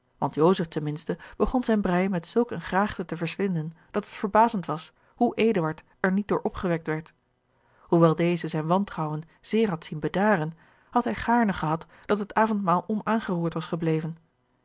ten minste begon zijn brij met zulk eene graagte te verslinden dat het verbazend was hoe eduard er niet door opgewekt werd hoewel deze zijn wantrouwen zeer had zien bedaren had hij gaarne gehad dat het avondmaal onaangeroerd was gebleven